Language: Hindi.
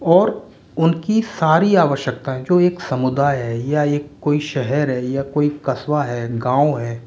और उनकी सारी आवश्यकताएँ जो एक समुदाय है या एक कोई शहर है या कोई कस्बा है गाँव है